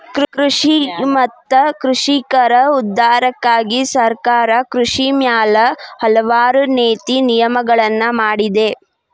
ಕೃಷಿ ಮತ್ತ ಕೃಷಿಕರ ಉದ್ಧಾರಕ್ಕಾಗಿ ಸರ್ಕಾರ ಕೃಷಿ ಮ್ಯಾಲ ಹಲವಾರು ನೇತಿ ನಿಯಮಗಳನ್ನಾ ಮಾಡಿದೆ